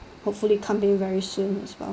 hopefully come in very soon as well